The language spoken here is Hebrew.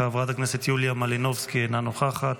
חברת הכנסת יוליה מלינובסקי, אינה נוכחת,